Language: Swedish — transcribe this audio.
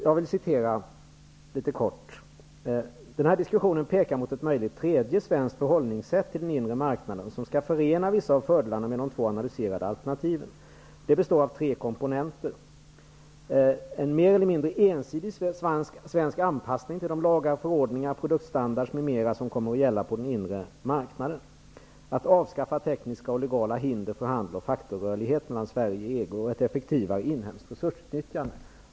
Det lyder helt kort: Den här diskussionen pekar mot ett möjligt tredje svenskt förhållningssätt till den inre marknaden, som skall förena vissa av fördelarna med de två analyserade alternativen. Det består av tre komponenter, en mer eller mindre ensidig svensk anpassning till de lagar och förordningar, produktstandards m.m. som kommer att gälla på den inre marknaden, att avskaffa tekniska och legala hinder för handel och faktarörlighet mellan Sverige och EG och ett effektivare inhemskt resursutnyttjande.